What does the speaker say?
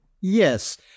Yes